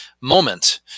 moment